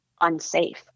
unsafe